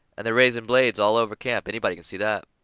and they're raising blazes all over camp anybody can see that.